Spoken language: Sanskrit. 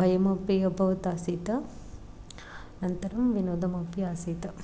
भयमपि अभवत् आसीत् अनन्तरं विनोदमपि आसीत्